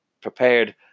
prepared